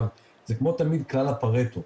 כמו תמיד זה כלל הפרטו.